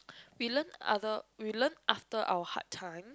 we learnt other we learnt after our hard times